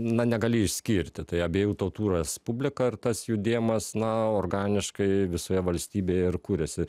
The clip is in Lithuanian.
na negali išskirti tai abiejų tautų respublika ir tas judėjimas na organiškai visoje valstybėje ir kūrėsi